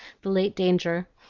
the late danger,